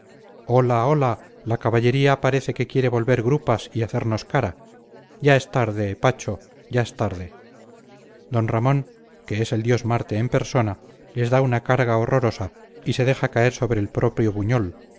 hola hola la caballería parece que quiere volver grupas y hacemos cara ya es tarde pacho ya es tarde d ramón que es el dios marte en persona les da una carga horrorosa y se deja caer sobre el propio buñol